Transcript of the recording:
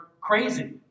crazy